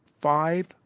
five